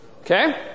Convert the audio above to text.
Okay